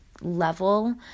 level